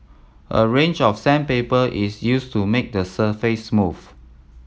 a range of sandpaper is used to make the surface smooth